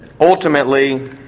Ultimately